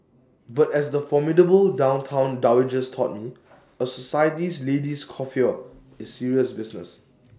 but as the formidable downtown dowagers taught me A society lady's coiffure is serious business